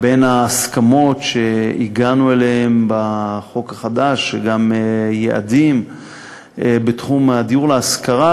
בין ההסכמות שהגענו אליהן בחוק החדש היו גם יעדים בתחום הדיור להשכרה,